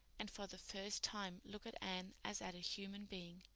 and for the first time look at anne as at a human being.